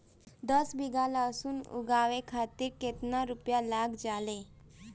दस बीघा में लहसुन उगावे खातिर केतना रुपया लग जाले?